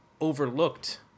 overlooked